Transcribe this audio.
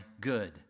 good